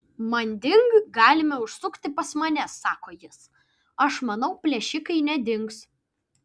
manding galime užsukti pas mane sako jis aš manau plėšikai nedings